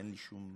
אין לי שום,